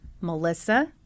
Melissa